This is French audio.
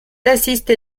assisté